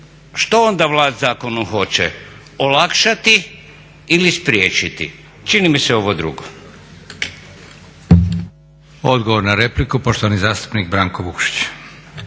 Što onda vlast zakonom hoće? Olakšati ili spriječiti? Čini mi se ovo drugo. **Leko, Josip (SDP)** Odgovor na repliku, poštovani zastupnik Branko Vukšić.